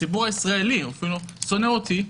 הציבור הישראלי שונא אותי,